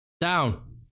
Down